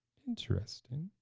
interesting.